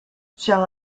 shall